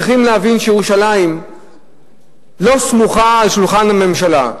צריכים להבין שירושלים לא סמוכה על שולחן הממשלה,